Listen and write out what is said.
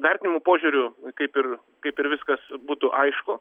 vertinimų požiūriu kaip ir kaip ir viskas būtų aišku